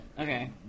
Okay